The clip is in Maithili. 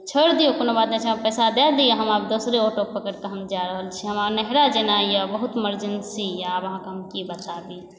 छोड़ि दिऔ कोनो बात नहि छै हमर पैसा दए दिअ हम आब दोसरे ऑटो पकड़ि कऽ हम जा रहल छी हमरा नैहरा जेनाइ यऽ बहुत मर्जेन्सी यऽ आब अहाँकेँ हम की बताबी